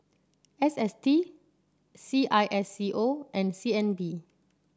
S S T C I S C O and C N B